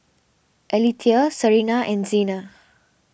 Aletha Sarina and Xena